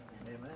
Amen